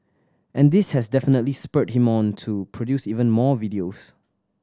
and this has definitely spurred him on to produce even more videos